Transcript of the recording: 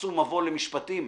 שעשו מבוא למשפטים,